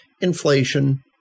inflation